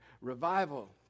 Revival